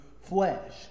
flesh